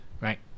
right